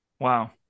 Wow